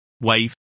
wave